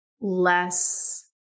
less